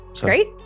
Great